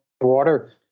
water